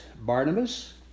Barnabas